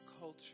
culture